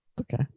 Okay